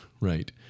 Right